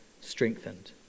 strengthened